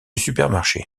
supermarchés